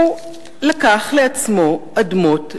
הוא לקח לעצמו אדמות לאום.